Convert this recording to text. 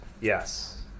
Yes